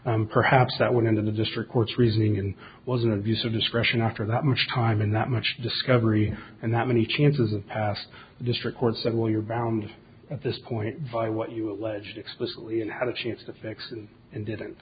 perhaps that went into the district court's reasoning and was an abuse of discretion after that much time and not much discovery and that many chances of past district court said well you're bound at this point by what you allege explicitly and had a chance to fix it and didn't